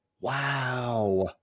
Wow